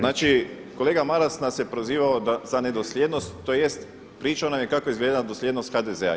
Znači kolega Maras nas je prozivao za nedosljednost tj. pričao nam je kako izgleda dosljednost HDZ-a.